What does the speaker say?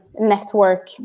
network